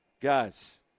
Guys